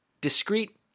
discrete